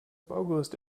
baugerüst